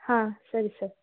ಹಾಂ ಸರಿ ಸರ್